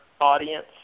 audience